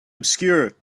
obscure